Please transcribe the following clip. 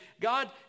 God